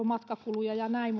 matkakuluja ja näin